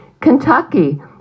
Kentucky